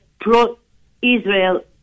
pro-Israel